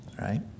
right